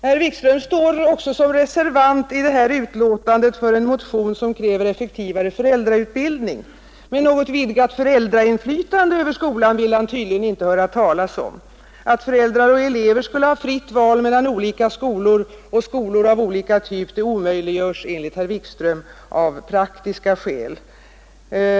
Herr Wikström står också som reservant i det nu aktuella betänkandet till förmån för en motion som kräver effektivare föräldrautbildning, men något vidgat föräldrainflytande över skolan vill han tydligen inte höra talas om. Att föräldrar och elever skulle ha fritt val mellan olika skolor och skolor av olika typ omöjliggörs enligt herr Wikström av praktiska skäl.